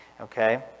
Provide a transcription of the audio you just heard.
okay